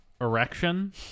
Erection